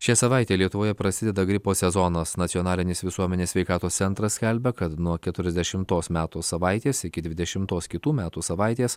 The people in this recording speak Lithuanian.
šią savaitę lietuvoje prasideda gripo sezonas nacionalinis visuomenės sveikatos centras skelbia kad nuo keturiasdešimtos metų savaitės iki dvidešimtos kitų metų savaitės